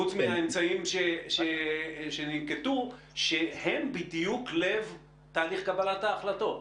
חוץ מהאמצעים שננקטו שהם בדיוק לב תהליך קבלת ההחלטות.